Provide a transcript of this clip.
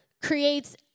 Creates